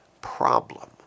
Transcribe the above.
problem